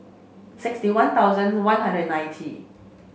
sixty one thousand one hundred and ninety